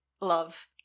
Love